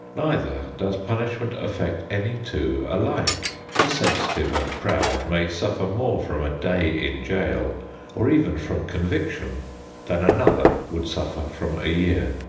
neither does punishment affect any two alike the sensitive and proud may suffer more from a day in jail or even from conviction than another would suffer from a year.